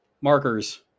markers